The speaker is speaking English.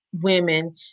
women